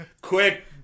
Quick